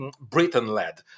Britain-led